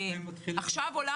עכשיו עולה